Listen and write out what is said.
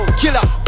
killer